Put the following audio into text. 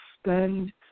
spend